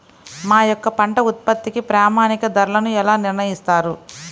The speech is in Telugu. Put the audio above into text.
మా యొక్క పంట ఉత్పత్తికి ప్రామాణిక ధరలను ఎలా నిర్ణయిస్తారు?